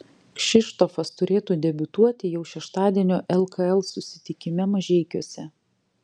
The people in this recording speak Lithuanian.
kšištofas turėtų debiutuoti jau šeštadienio lkl susitikime mažeikiuose